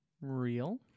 real